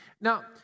Now